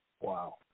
Wow